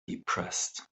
depressed